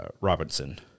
Robinson